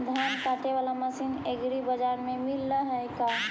धान काटे बाला मशीन एग्रीबाजार पर मिल है का?